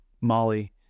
Molly